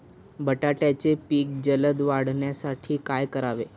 बटाट्याचे पीक जलद वाढवण्यासाठी काय करावे?